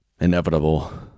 inevitable